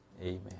Amen